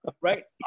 right